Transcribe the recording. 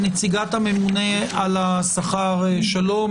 אני מבין שנציגי הממונה על השכר איתנו.